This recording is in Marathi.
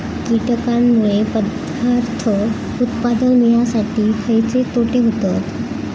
कीटकांनमुळे पदार्थ उत्पादन मिळासाठी खयचे तोटे होतत?